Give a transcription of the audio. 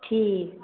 ठीक